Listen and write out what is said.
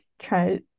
try